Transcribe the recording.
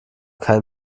kein